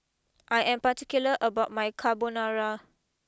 I am particular about my Carbonara